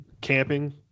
camping